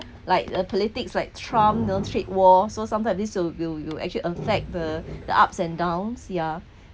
like a politics like trump you know trade war so sometimes this will will actually affect the the ups and downs yeah